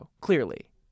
Clearly